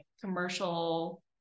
commercial